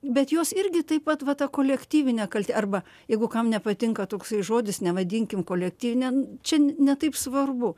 bet jos irgi taip pat va ta kolektyvinė kaltė arba jeigu kam nepatinka toksai žodis nevadinkim kolektyvine čia ne taip svarbu